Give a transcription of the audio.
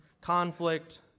conflict